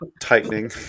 tightening